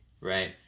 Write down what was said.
right